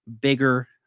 bigger